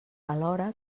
alhora